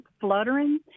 fluttering